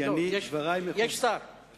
יש שר.